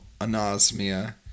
anosmia